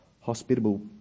hospitable